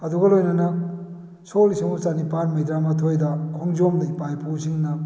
ꯑꯗꯨꯒ ꯂꯣꯏꯅꯅ ꯁꯣꯛ ꯂꯤꯁꯤꯡ ꯑꯃꯒ ꯆꯥꯅꯤꯄꯥꯟ ꯃꯧꯗ꯭ꯔꯥ ꯃꯊꯣꯏꯗ ꯈꯣꯡꯖꯣꯝꯗ ꯏꯄꯥ ꯏꯄꯨꯁꯤꯡꯅ